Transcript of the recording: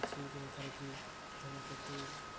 ଅଛି ଯେଉଁଠାରେ କି ଧୁମକେତୁ